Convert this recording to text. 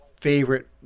favorite